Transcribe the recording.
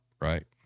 right